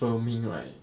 filming right